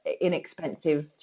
inexpensive